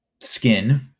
skin